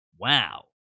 wow